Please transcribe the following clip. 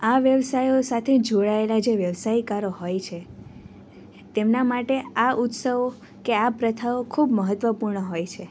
આ વ્યવસાયો સાથે જોડાયેલા જે વ્યવસાયકારો હોય છે તેમના માટે આ ઉત્સવો કે આ પ્રથાઓ ખૂબ મહત્ત્વપૂર્ણ હોય છે